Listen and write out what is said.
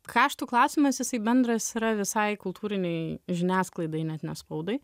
kaštų klausimas jisai bendras yra visai kultūrinei žiniasklaidai net ne spaudai